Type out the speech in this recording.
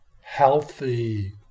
healthy